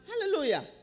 Hallelujah